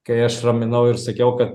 kai aš raminau ir sakiau kad